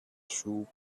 shoe